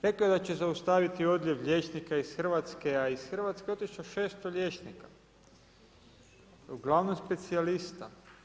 Rekao je da će zaustaviti odljev liječnika iz Hrvatske, a iz Hrvatske otišlo 600 liječnika, ugl. specijalista.